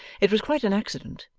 it was quite an accident,